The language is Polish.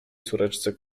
córeczce